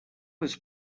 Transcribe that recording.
was